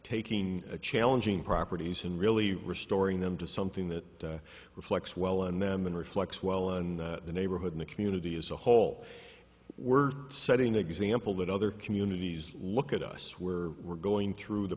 taking a challenging properties and really restoring them to something that reflects well on them and reflects well on the neighborhood in the community as a whole we're setting an example that other communities look at us where we're going through the